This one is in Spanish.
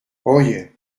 oye